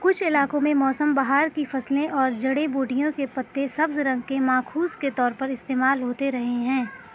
کچھ علاقوں میں موسم بہار کی فصلیں اور جڑی بوٹیوں کے پتے سبز رنگ کے ماخوذ کے طور پر استعمال ہوتے رہے ہیں